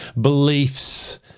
beliefs